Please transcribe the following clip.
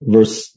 Verse